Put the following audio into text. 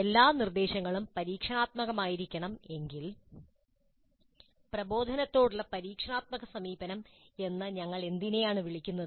എല്ലാ നിർദ്ദേശങ്ങളും പരീക്ഷണാത്മകമായിരിക്കണം എങ്കിൽ പ്രബോധനത്തോടുള്ള പരീക്ഷണാത്മക സമീപനം എന്ന് ഞങ്ങൾ എന്തിനെയാണ് വിളിക്കുന്നത്